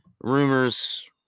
Rumors